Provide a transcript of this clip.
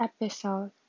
episode